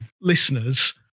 listeners